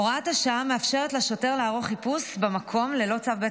הוראת השעה מאפשרת לשוטר לערוך חיפוש במקום ללא צו בית